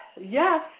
Yes